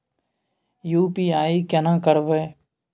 UPI केना करबे?